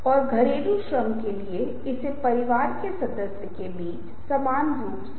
इसलिए आपको इस बारे में रणनीतिक होने की आवश्यकता है कि आप वास्तव में इसका उपयोग कैसे कर रहे हैं